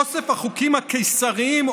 אוסף החוקים הקיסריים,